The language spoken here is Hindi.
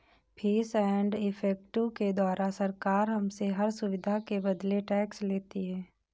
फीस एंड इफेक्टिव के द्वारा सरकार हमसे हर सुविधा के बदले टैक्स लेती है